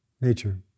nature